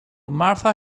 martha